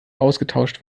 ausgetauscht